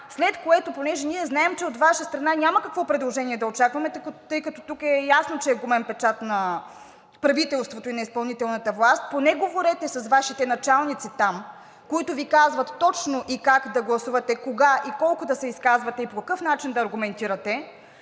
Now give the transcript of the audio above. Тъй като ние знаем, че от Ваша страна няма какво предложение да очакваме, тъй като тук е ясно, че е гумен печат на правителството и на изпълнителната власт, поне говорете с Вашите началници там, които Ви казват точно и как да гласувате, кога и колко да се изказвате и по какъв начин да аргументирате,